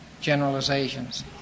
generalizations